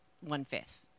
one-fifth